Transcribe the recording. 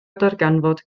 darganfod